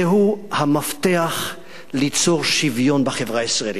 זה המפתח ליצור שוויון בחברה הישראלית,